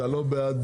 אז אתה לא בעד.